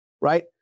right